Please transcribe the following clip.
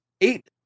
eight